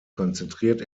konzentriert